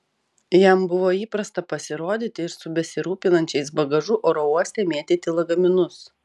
jam buvo įprasta pasirodyti ir su besirūpinančiais bagažu oro uoste mėtyti lagaminus